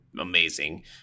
amazing